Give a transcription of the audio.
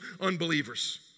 unbelievers